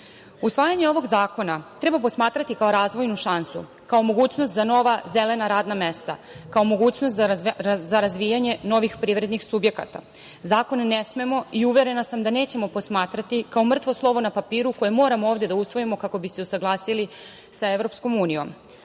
cilju. Usvajanje ovog zakona treba posmatrati i kao razvojnu šansu, kao mogućnost za nova zelena radna mesta, kao mogućnost za razvijanje novih privrednih subjekata. Zakon ne smemo i uverena sam da nećemo posmatrati kao mrtvo slovo na papiru koje moramo ovde da usvojimo kako bi se usaglasili sa EU.Ovaj